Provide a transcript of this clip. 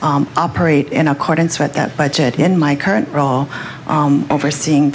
to operate in accordance with that budget in my current role overseeing